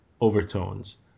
overtones